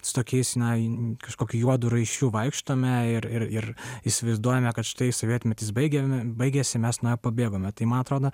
su tokiais na kažkokiu juodu raiščiu vaikštome ir ir įsivaizduojame kad štai sovietmetis baigėm baigėsi mes na pabėgome tai man atrodo